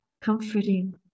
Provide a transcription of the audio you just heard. comforting